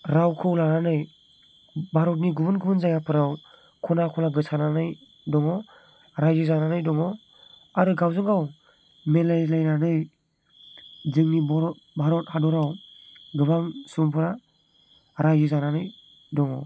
रावखौ लानानै भारतनि गुबुन गुबुन जायगाफोराव खना खना गोसारनानै दङ रायजो जानानै दङ आरो गावजोंगाव मिलायलायनानै जोंनि बर' भारत हादराव गोबां सुबुंफोरा रायजो जानानै दङ